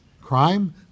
Crime